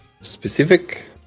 specific